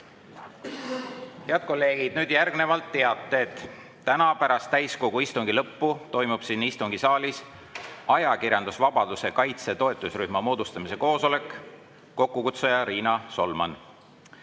Head kolleegid! Nüüd teated. Täna pärast täiskogu istungi lõppu toimub siin istungisaalis ajakirjandusvabaduse kaitse toetusrühma moodustamise koosolek, kokkukutsuja Riina Solman.